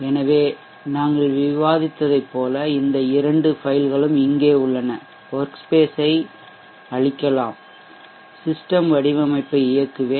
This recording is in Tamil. எனவே நாங்கள் விவாதித்ததைப் போல இந்த இரண்டு ஃபபைல்களும் இங்கே உள்ளன வொர்க் ஸ்பேசை அழிக்கலாம் சிஸ்டெம் வடிவமைப்பை இயக்குவேன்